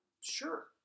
Sure